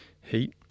heat